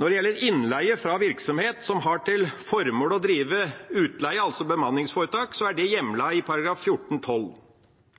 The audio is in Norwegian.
Når det gjelder innleie fra virksomhet som har til formål å drive utleie, altså bemanningsforetak, er det